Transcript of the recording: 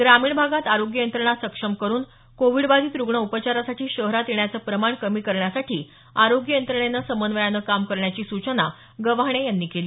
ग्रामीण भागात आरोग्य यंत्रणा सक्षम करुन कोविडबाधित रुग्ण उपचारासाठी शहरात येण्याचं प्रमाण कमी करण्यासाठी आरोग्य यंत्रणेनं समन्वयाने काम करण्याची सुचना गव्हाणे यांनी केली